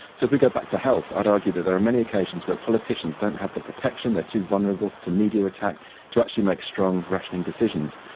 so if we go back to health, i'd argue that there are many occasions where politicians don't have the protection, they're too vulnerable to media attack to actually make strong rationing decisions.